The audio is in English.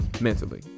mentally